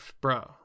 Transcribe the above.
bro